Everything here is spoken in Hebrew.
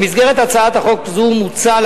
במסגרת הצעת חוק זו מוצע,